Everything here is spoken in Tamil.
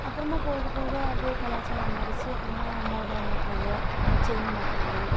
அப்புறமா போக போக அப்டி கலாச்சாரம் மாறிச்சு அப்புறமா மோதிரம் மாற்றினாங்க செயின் மாற்றினாங்க